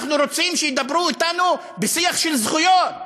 אנחנו רוצים שידברו אתנו בשיח של זכויות,